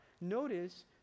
Notice